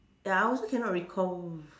ya I also cannot recall